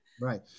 Right